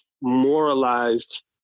moralized